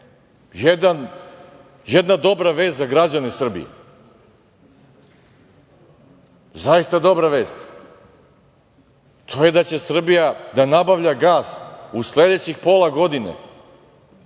jedna dobra vest za građane Srbije, zaista dobra vest, to je da će Srbija da nabavlja gas u sledećih pola godine